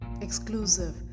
exclusive